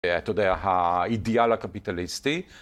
זה אתא יודע האידיאל הקפיטליסטי